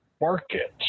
markets